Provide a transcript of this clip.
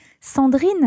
Sandrine